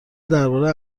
درباره